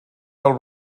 del